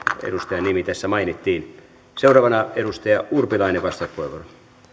edustajan nimi tässä mainittiin seuraavana edustaja urpilainen vastauspuheenvuoro